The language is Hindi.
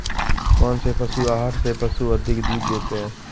कौनसे पशु आहार से पशु अधिक दूध देते हैं?